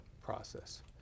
process